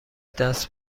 دست